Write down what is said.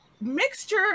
mixture